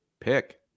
Pick